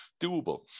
doable